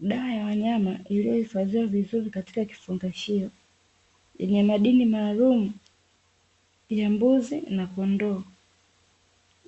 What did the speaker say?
Dawa ya wanyama iliyohifadhiwa vizuri katika kifungashio, yenye madini maalumu ya mbuzi na kondoo,